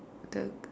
tell her